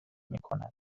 میکند